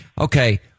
okay